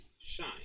shine